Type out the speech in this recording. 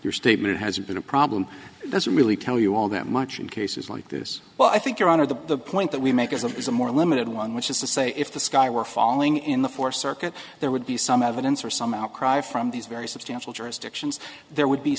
your statement has been a problem it doesn't really tell you all that much in cases like this but i think your honor the point that we make is a is a more limited one which is to say if the sky were falling in the fourth circuit there would be some evidence or some outcry from these very substantial jurisdictions there would be